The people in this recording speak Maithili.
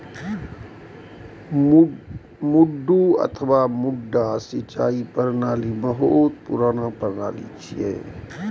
मड्डू अथवा मड्डा सिंचाइ प्रणाली बहुत पुरान प्रणाली छियै